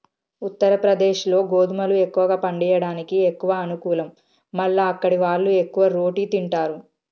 ఉత్తరప్రదేశ్లో గోధుమలు ఎక్కువ పండియడానికి ఎక్కువ అనుకూలం మల్ల అక్కడివాళ్లు ఎక్కువ రోటి తింటారు